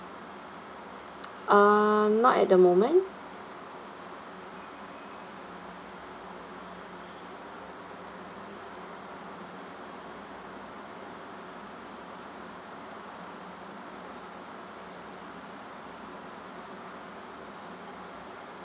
um not at the moment